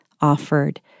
offered